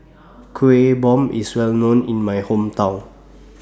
Kuih Bom IS Well known in My Hometown